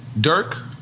Dirk